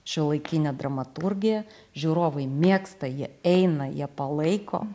šiuolaikinę dramaturgiją žiūrovai mėgsta jie eina jie palaiko